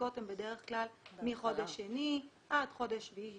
הבדיקות הן בדרך כלל מחודש שני עד חודש שביעי,